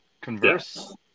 converse